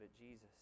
Jesus